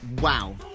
wow